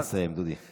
נא לסיים, דודי.